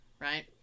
right